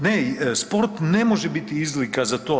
Ne, sport ne može biti izlika za to.